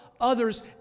others